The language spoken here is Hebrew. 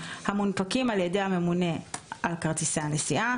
המונפקים על ידי הממונה על כרטיסי הנסיעה;